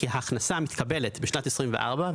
כי ההכנסה מתקבלת בשנת 2024,